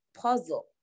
puzzle